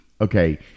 Okay